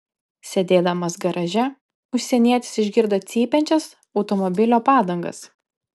sėdėdamas garaže užsienietis išgirdo cypiančias automobilio padangas